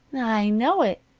i know it,